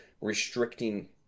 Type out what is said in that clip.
restricting